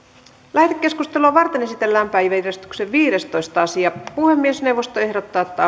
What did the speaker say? lähetekeskustelua varten esitellään päiväjärjestyksen viidestoista asia puhemiesneuvosto ehdottaa että